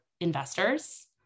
investors